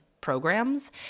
programs